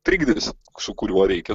trikdis su kuriuo reikia